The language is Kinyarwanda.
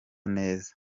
neza